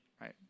right